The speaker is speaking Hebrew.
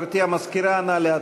גברתי המזכירה, נא להתחיל.